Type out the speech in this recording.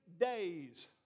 days